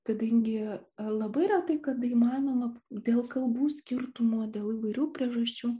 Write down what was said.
kadangi labai retai kada įmanoma dėl kalbų skirtumo dėl įvairių priežasčių